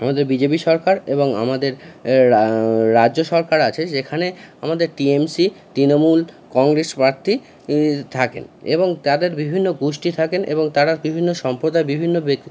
আমাদের বিজেপি সরকার এবং আমাদের রাজ্য সরকার আছে যেখানে আমাদের টিএমসি তৃণমূল কংগ্রেস প্রার্থী থাকেন এবং তাদের বিভিন্ন গুষ্টি থাকেন এবং তারা বিভিন্ন সম্প্রদায়ের বিভিন্ন ব্যক্তি